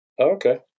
Okay